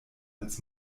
als